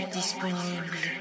disponible